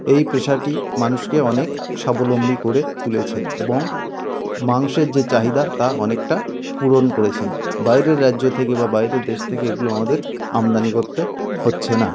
এই পেশাটি মানুষকে অনেক সাবলম্বী করে তুলেছে এবং মাংসের যে চাহিদা তা অনেকটা পূরণ করেছে বাইরের রাজ্য থেকে বা বাইরের দেশ থেকে এগুলো আমাদের আমদানি করতে হচ্ছে না